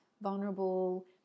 vulnerable